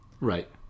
Right